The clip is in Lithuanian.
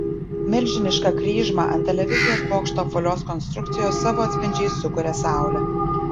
milžinišką kryžmą ant televizijos bokšto apvalios konstrukcijos savo atspindžiais sukuria saulė